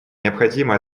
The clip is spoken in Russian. необходимо